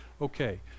Okay